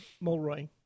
Mulroy